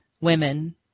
women